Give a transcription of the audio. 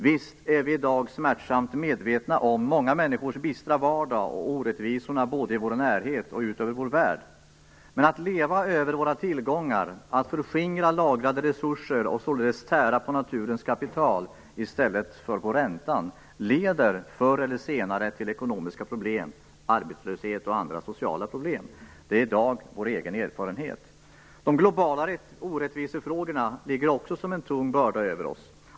Visst är vi i dag smärtsamt medvetna om många människors bistra vardag och om orättvisorna både i vår närhet och ute i världen. Att leva över våra tillgångar, förskingra lagrade resurser och således tära på naturens kapital i stället för att leva på räntan, leder förr eller senare till ekonomiska problem, arbetslöshet och andra sociala problem. Det är i dag vår egen erfarenhet. De globala orättvisefrågorna ligger också som en tung börda över oss.